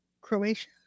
Croatia